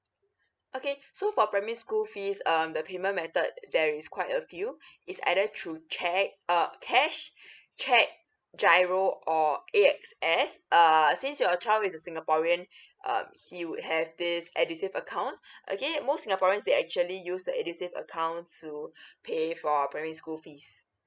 okay so for primary school fees um the payment method there is quite a few it's either through cehque uh cash cheque giro or A S X err since your child is a singaporean um he would have this edu save account okay most singaporeans they actually use the edu save account to pay for primary school fees